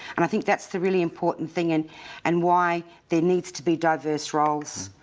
and i think that's the really important thing and and why there needs to be diverse roles.